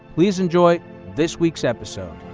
please enjoy this week's episode.